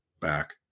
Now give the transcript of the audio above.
Back